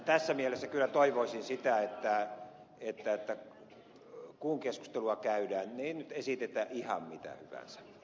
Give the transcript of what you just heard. tässä mielessä kyllä toivoisin sitä että kun keskustelua käydään niin ei nyt esitetä ihan mitä hyvänsä